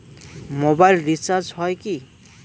Mobile recharge হয় কি?